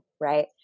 Right